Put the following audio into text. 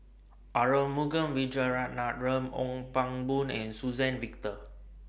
Arumugam Vijiaratnam Ong Pang Boon and Suzann Victor